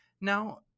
Now